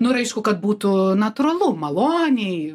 nu ir aišku kad būtų natūralu maloniai